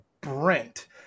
Brent